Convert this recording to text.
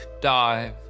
Dive